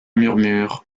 murmure